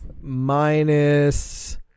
Minus